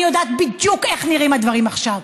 אני יודעת בדיוק איך נראים הדברים עכשיו,